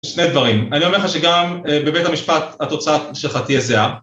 שני דברים, אני אומר לך שגם בבית המשפט התוצאה שלך תהיה זהה